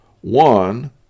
One